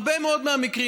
בהרבה מאוד מקרים,